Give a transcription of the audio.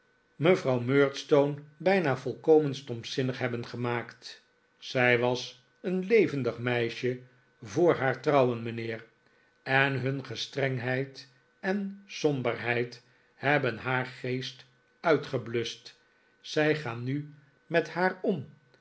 mevrouw murdstone bijna volkomen stompzinnig hebben gemaakt zij was een levendig meisje voor haar trouwen mijnheer en hun strengheid en somberheid hebben haar geest uitgebluscht zij gaan nu met haar